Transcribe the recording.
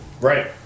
Right